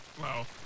Wow